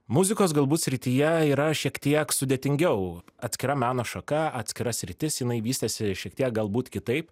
muzikos galbūt srityje yra šiek tiek sudėtingiau atskira meno šaka atskira sritis jinai vystėsi šiek tiek galbūt kitaip